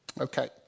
Okay